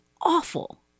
awful